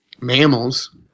mammals